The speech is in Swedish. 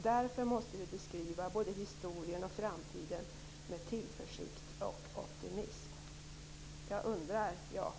Därför måste vi beskriva både historien och framtiden med tillförsikt och optimism. Jag undrar, jag.